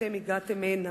אתם הגעתם הנה.